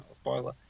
spoiler